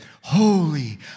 Holy